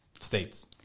states